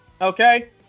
Okay